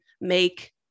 make